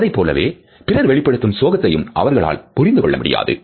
அதைப்போல பிறர் வெளிப்படுத்தும் சோகத்தையும் அவரால் புரிந்து கொள்ள முடியாது